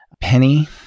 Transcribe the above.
penny